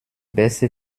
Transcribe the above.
beste